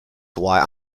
why